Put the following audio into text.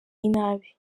inabi